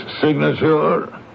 signature